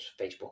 Facebook